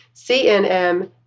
CNM